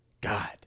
God